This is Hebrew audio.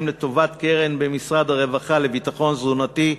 לטובת קרן במשרד הרווחה לביטחון תזונתי,